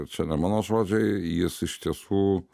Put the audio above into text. bet čia ne mano žodžiai jis iš tiesų